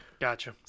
gotcha